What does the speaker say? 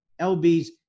LB's